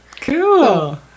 Cool